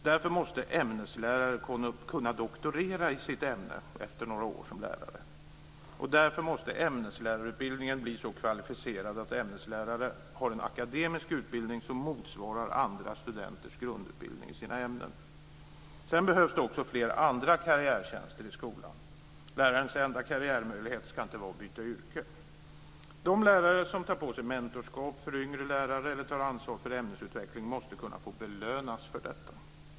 Därför måste ämneslärare kunna doktorera i sitt ämne efter några år som lärare. Därför måste ämneslärarutbildningen bli så kvalificerad att ämneslärare har en akademisk utbildning som motsvarar andra studenters grundutbildning i sina ämnen. Sedan behövs det också fler andra karriärtjänster i skolan. Lärarens enda karriärmöjlighet ska inte vara att byta yrke. De lärare som tar på sig mentorskap för yngre lärare eller tar ansvar för ämnesutveckling måste kunna få belönas för detta.